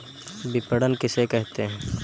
विपणन किसे कहते हैं?